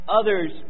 others